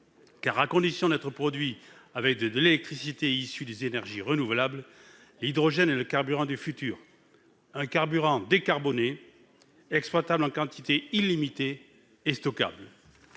car, à condition d'être produit avec une électricité issue des énergies renouvelables, l'hydrogène est le carburant du futur, un carburant décarboné, exploitable en quantité illimitée et stockable.